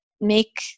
make